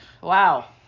wow